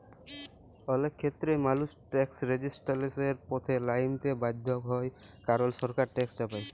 অলেক খ্যেত্রেই মালুস ট্যাকস রেজিসট্যালসের পথে লাইমতে বাধ্য হ্যয় কারল সরকার ট্যাকস চাপায়